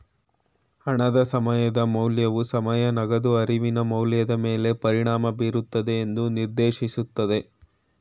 ಹಣದ ಸಮಯದ ಮೌಲ್ಯವು ಸಮಯ ನಗದು ಅರಿವಿನ ಮೌಲ್ಯದ ಮೇಲೆ ಪರಿಣಾಮ ಬೀರುತ್ತದೆ ಎಂದು ನಿರ್ದೇಶಿಸುತ್ತದೆ